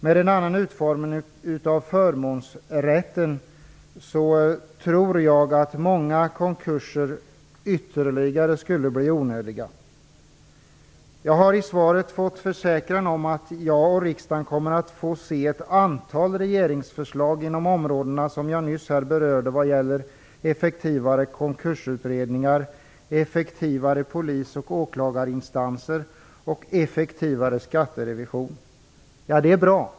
Med en annan utformning av förmånsrätten tror jag att många konkurser skulle bli onödiga. Jag har i svaret från justitieministern fått en försäkran om att jag och riksdagen kommer att få se ett antal regeringsförslag inom de områden som jag nyss berörde - effektivare konkursutredningar, effektivare polis och åklagarinstanser och effektivare skatterevision. Det är bra.